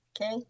Okay